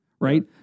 Right